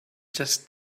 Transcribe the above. just